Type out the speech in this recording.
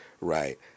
Right